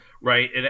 Right